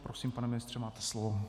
Prosím, pane ministře, máte slovo.